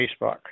Facebook